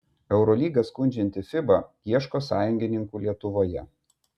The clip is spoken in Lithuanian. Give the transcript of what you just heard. eurolygą skundžianti fiba ieško sąjungininkų lietuvoje